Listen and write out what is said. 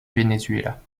venezuela